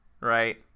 right